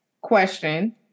question